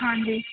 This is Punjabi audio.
ਹਾਂਜੀ